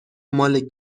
مال